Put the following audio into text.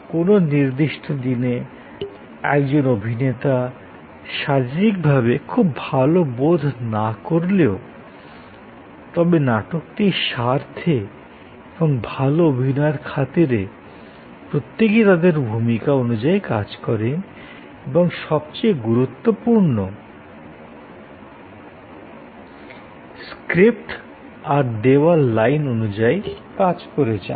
কোনও নির্দিষ্ট দিনে একজন অভিনেতা শারীরিকভাবে খুব ভাল বোধ না করলেও তবে নাটকটির স্বার্থে এবং ভাল অভিনয়ের খাতিরে প্রত্যেকেই তাদের ভূমিকা অনুযায়ী কাজ করেন এবং সবচেয়ে গুরুত্বপূর্ণ স্ক্রিপ্ট আর দেওয়া লাইন অনুযায়ী কাজ করে যান